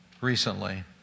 recently